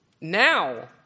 Now